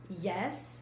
yes